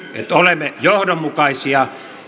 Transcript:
että olemme johdonmukaisia